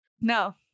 No